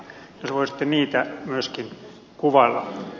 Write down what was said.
jos voisitte niitä myöskin kuvailla